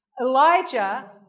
Elijah